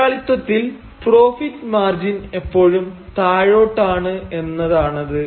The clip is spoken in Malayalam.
മുതലാളിത്വത്തിൽ പ്രോഫിറ്റ് മാർജിൻ എപ്പോഴും താഴോട്ടാണ് എന്നതാണത്